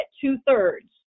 two-thirds